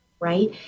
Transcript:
right